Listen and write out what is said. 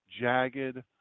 jagged